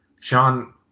Sean